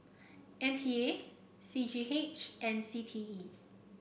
M P A C G H and C T E